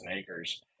acres